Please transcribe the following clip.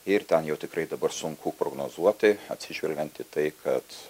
ir ten jau tikrai dabar sunku prognozuoti atsižvelgiant į tai kad